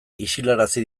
isilarazi